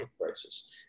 crisis